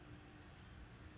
orh